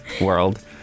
world